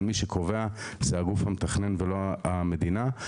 אבל מי שקובע זה הגוף המתכנן ולא המדינה.